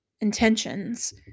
intentions